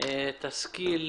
תשכיל